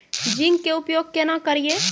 Zinc के उपयोग केना करये?